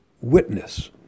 witness